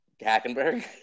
Hackenberg